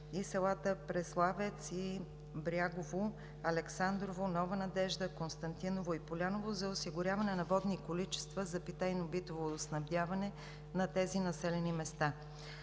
и селата Преславец, Брягово, Александрово, Нова Надежда, Константиново и Поляново за осигуряване на водни количества за питейно-битово водоснабдяване на тези населени места.